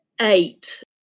eight